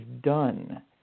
done